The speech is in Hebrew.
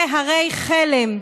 זה הרי חלם.